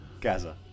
Gaza